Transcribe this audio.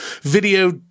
video